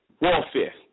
warfare